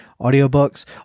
audiobooks